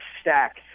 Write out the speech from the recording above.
stack